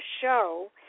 show